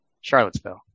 Charlottesville